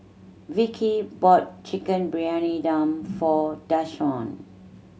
Vicky bought Chicken Briyani Dum for Dashawn